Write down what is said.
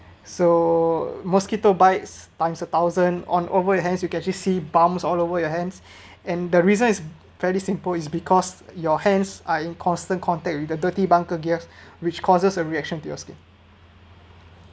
so mosquito bites times a thousand on over your hand you get to see bumps all over your hands and the reason is very simple is because your hands are in constant contact with the dirty bunker gears which causes a reaction to your skin